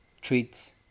treats